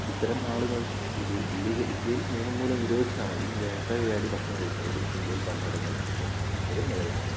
ഇത്തരം ആളുകൾ ഇത് ഇന്ത്യയിൽ നിയമംമൂലം നിരോധിച്ചതാണെങ്കിലും വേട്ടയാടി ഭക്ഷണം കഴിക്കുന്നവരും ഇന്ത്യയിൽ പല സ്ഥലങ്ങളിലുണ്ട് ഇപ്പോഴും നിലവിലുണ്ട്